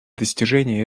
достижения